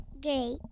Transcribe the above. Great